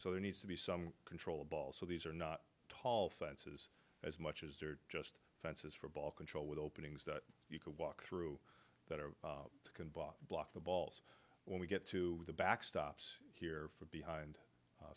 so there needs to be some control ball so these are not tall fences as much as are just fences for ball control with openings that you could walk through that can block the balls when we get to the back stops here for behind